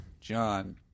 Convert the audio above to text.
john